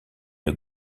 une